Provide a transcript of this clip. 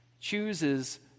chooses